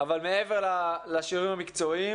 אבל מעבר לשיעורים המקצועיים